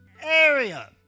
area